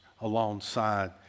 alongside